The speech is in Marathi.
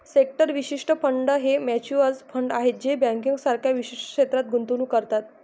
सेक्टर विशिष्ट फंड हे म्युच्युअल फंड आहेत जे बँकिंग सारख्या विशिष्ट क्षेत्रात गुंतवणूक करतात